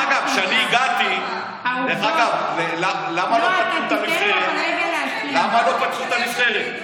דרך אגב, כשאני הגעתי, למה לא פתחו את הנבחרת?